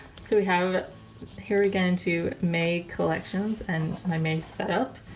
so we have it here we get into may collections and my may setup.